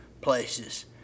places